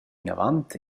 inavant